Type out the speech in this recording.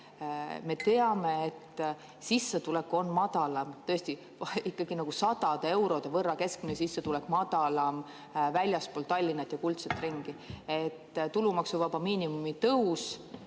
me teame, et sissetulek on madalam, tõesti sadade eurode võrra on keskmine sissetulek madalam väljaspool Tallinna ja kuldset ringi. Tulumaksuvaba miinimumi tõus